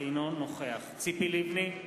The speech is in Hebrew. אינו נוכח ציפי לבני,